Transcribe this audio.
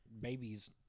babies